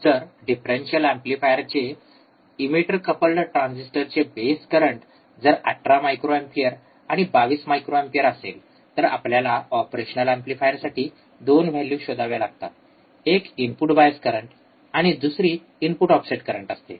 जर डिफरेन्शिअल एंपलीफायरच्या emitter coupled ट्रांजिस्टरचे बेस करंट जर 18 मायक्रो एंपियर आणि 22 मायक्रो एंपियर असेल तर आपल्याला ऑपरेशनल एंपलीफायरसाठी दोन व्हॅल्यू शोधाव्या लागतात एक इनपुट बायस करंट आणि दुसरी इनपुट ऑफसेट करंट असते